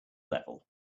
level